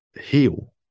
heal